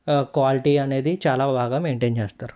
quality అనేది చాలా బాగా మెయింటెయిన్ చేస్తారు వాళ్ళు